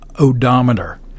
odometer